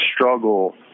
struggle